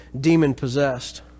demon-possessed